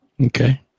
Okay